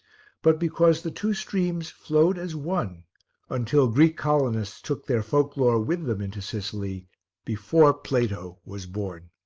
but because the two streams flowed as one until greek colonists took their folk-lore with them into sicily before plato was born.